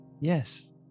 Yes